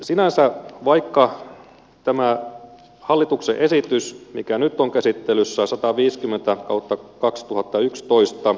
sinänsä vaikka tämä hallituksen esitys mikä nyt on käsittelyssä sataviisikymmentä kautta kaksituhattayksitoista